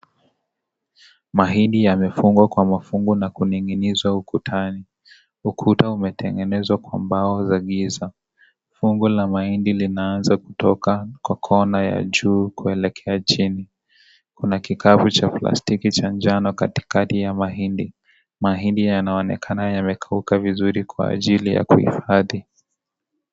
Mahindi yamefungwa kwa mafingo na kuning'inizwa ukutani ukuta umetengenezwa kwa mbao za bizarre fungu la maindi inaanza kutoka kwa kona ya juu kuelekea vhuni kuna kikapu cha plastiki cha njano katikati ya maindi maindi yanaonekana kukauka vizuri kwa ajili ya kuifadhi .